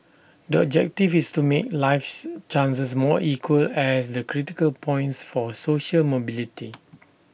the objective is to make lives chances more equal as the critical points for social mobility